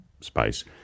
space